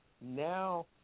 now